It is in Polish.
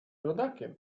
rodakiem